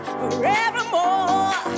forevermore